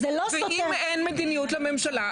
אנחנו חושבים שגם מדיניות השר,